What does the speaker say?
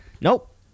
Nope